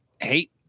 hate